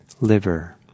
liver